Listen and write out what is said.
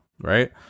right